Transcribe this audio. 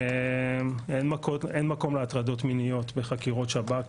אין מקום להטרדות מיניות בחקירות שב"כ,